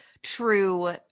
true